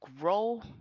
grow